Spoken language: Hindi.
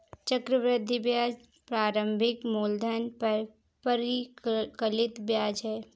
चक्रवृद्धि ब्याज प्रारंभिक मूलधन पर परिकलित ब्याज है